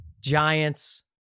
Giants